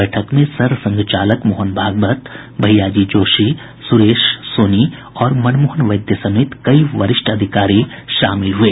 बैठक में सर संघ चालक मोहन भागवत भैया जी जोशी सुरेश सोनी और मनमोहन वैद्य समेत कई वरिष्ठ पदाधिकारी शामिल थे